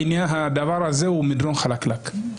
בעיניי הדבר הזה הוא מדרון חלקלק.